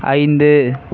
ஐந்து